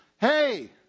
Hey